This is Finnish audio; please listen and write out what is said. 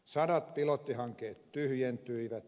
sadat pilottihankkeet tyhjentyivät